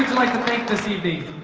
thank the cv